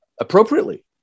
appropriately